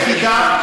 יחידה,